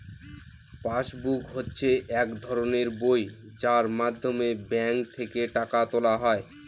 pass book হচ্ছে এক ধরনের বই যার মাধ্যমে ব্যাঙ্ক থেকে টাকা তোলা হয়